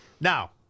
Now